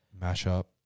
Mash-up